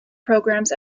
programs